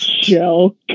joke